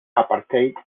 apartheid